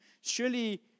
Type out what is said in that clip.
surely